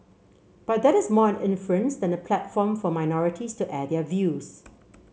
but that is more an inference than a platform for minorities to air their views